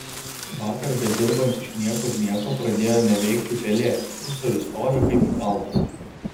vakar bedirbant iš niekur nieko pradėjo neveikt pelė kursorius stovi kaip įkaltas